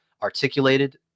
articulated